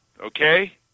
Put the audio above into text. okay